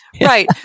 Right